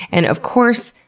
and of course,